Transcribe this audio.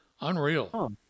unreal